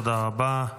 תודה רבה.